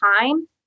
time